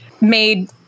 made